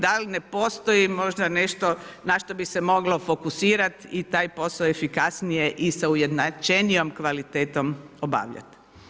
Dal ne postoji možda nešto na što bi se moglo fokusirati i taj posao efikasnije i sa ujednačenijom kvalitetom obavljati.